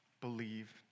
believe